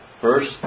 First